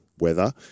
weather